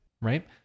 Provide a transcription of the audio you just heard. Right